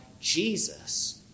Jesus